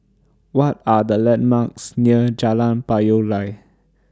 What Are The landmarks near Jalan Payoh Lai